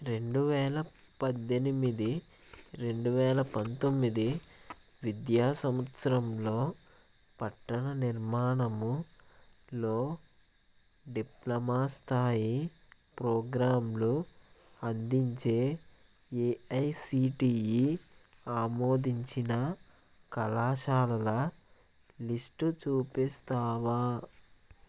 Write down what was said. రెండువేల పద్దెనిమిది రెండువేల పంతొమ్మిది విద్యా సంవత్సరంలో పట్టణనిర్మాణములో డిప్లొమా స్థాయి ప్రోగ్రాంలు అందించే ఏఐసిటిఈ ఆమోదించిన కళాశాలల లిస్టు చూపిస్తావా